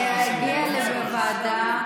זה יגיע לוועדה,